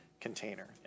container